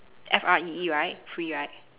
F R E E right free right